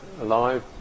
alive